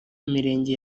mirenge